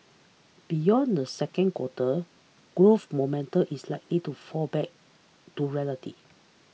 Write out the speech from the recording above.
beyond the second quarter growth moment is likely to fall back to reality